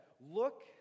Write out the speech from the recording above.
Look